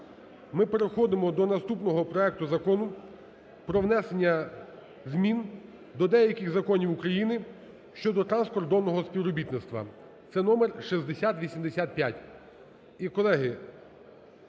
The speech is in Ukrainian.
ми переходимо до наступного проекту Закону про внесення змін до деяких Законів України щодо транскордонного співробітництва, це №6085.